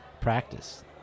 practice